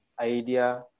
Idea